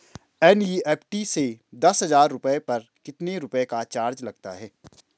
NEFT से दस हजार रुपयों पर कितने रुपए का चार्ज लगता है?